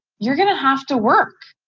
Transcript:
you're gonna have to work.